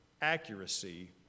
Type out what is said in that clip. accuracy